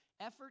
effort